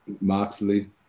Moxley